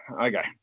okay